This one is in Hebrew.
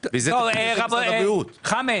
בגלל הפחד שלו לבוא ולהתמודד עם מוצר חדש,